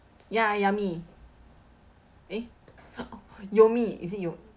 ya yummy eh oh yomie is it yo~